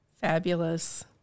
Fabulous